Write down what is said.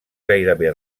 gairebé